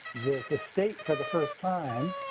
the the state for the first time